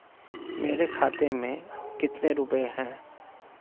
मेरे खाते में कितने रुपये हैं?